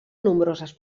nombroses